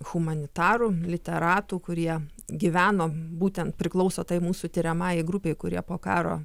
humanitarų literatų kurie gyveno būtent priklauso tai mūsų tiriamajai grupei kurie po karo